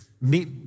meet